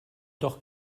doch